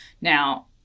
Now –